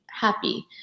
happy